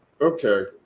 Okay